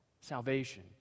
Salvation